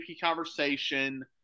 conversation